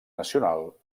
nacional